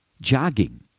jogging